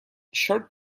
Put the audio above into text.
short